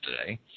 today